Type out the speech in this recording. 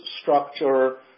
structure